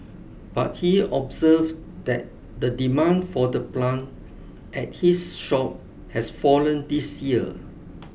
but he observed that the demand for the plant at his shop has fallen this year